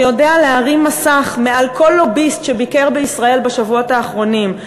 שיודע להרים מסך מעל כל לוביסט שביקר בישראל בשבועות האחרונים,